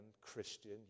Christian